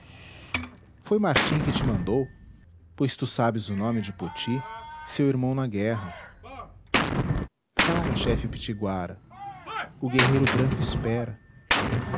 foi martim quem te mandou pois tu sabes o nome de poti seu irmão na guerra fala chefe pitiguara o guerreiro branco espera